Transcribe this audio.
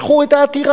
אתמול משכו את העתירה.